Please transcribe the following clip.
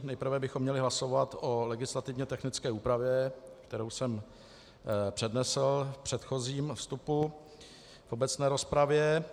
Nejprve bychom měli hlasovat o legislativně technické úpravě, kterou jsem přednesl v předchozím vstupu v obecné rozpravě.